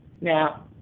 Now